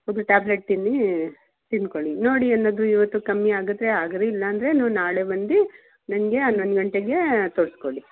ಒಂದು ಟ್ಯಾಬ್ಲೆಟ್ ತಿನ್ನಿ ತಿನ್ಕೋಳ್ಳಿ ನೋಡಿ ಏನಾದರೆ ಇವತ್ತು ಕಮ್ಮಿ ಆಗುತ್ತೆ ಆಗದೆ ಇಲ್ಲ ಅಂದರೆ ನೀವು ನಾಳೆ ಬಂದೀ ನನಗೆ ಹನ್ನೊಂದ್ ಗಂಟೆಗೆ ತೋರಿಸ್ಕೊಳ್ಳಿ